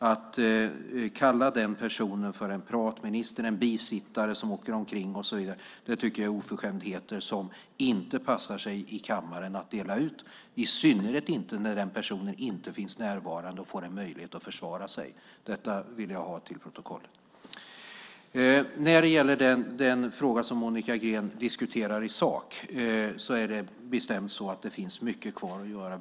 Att kalla den personen för en pratminister, en bisittare som åker omkring och så vidare, tycker jag är oförskämdheter som inte passar sig i kammaren. Det gäller i synnerhet när den personen inte är närvarande och har möjlighet att försvara sig. Detta vill jag ha till protokollet. När det gäller den fråga som Monica Green diskuterar i sak är det bestämt så att det finns mycket kvar att göra.